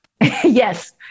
Yes